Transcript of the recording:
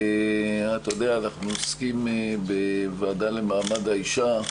אתה יודע, אנחנו עוסקים בוועדה למעמד האישה.